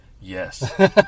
Yes